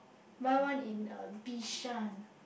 buy one in uh Bishan